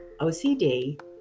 OCD